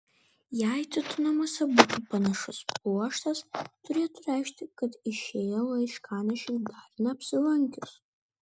jei tito namuose būtų panašus pluoštas turėtų reikšti kad išėjo laiškanešiui dar neapsilankius